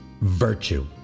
virtue